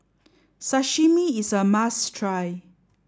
sashimi is a must try